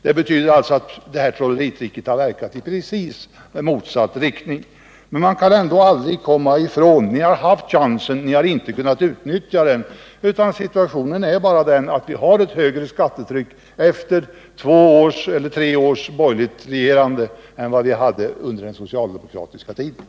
Det betyder att det här trolleritricket har verkat i precis motsatt riktning. Man kan inte komma ifrån att ni har haft chansen, men ni har inte kunnat utnyttja den. Situationen är i stället att vi har ett högre totalt skattetryck efter snart tre års borgerligt regerande än vad vi hade under den socialdemokratiska regeringens tid.